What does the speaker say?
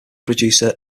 producer